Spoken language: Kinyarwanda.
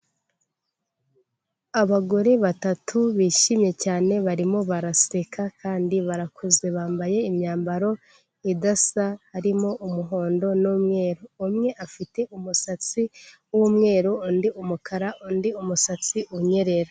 Abagore batatu bishimye cyane barimo baraseka kandi barakuze, bambaye imyambaro idasa harimo umuhondo n'umweru, umwe afite umusatsi w'umweru, undi umukara, undi umusatsi unyerera.